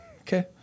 Okay